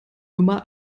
immer